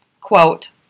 quote